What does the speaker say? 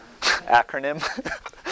Acronym